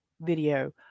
video